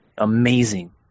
Amazing